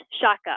Shaka